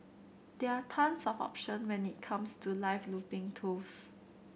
there are tons of option when it comes to live looping tools